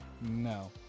No